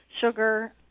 sugar